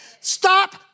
Stop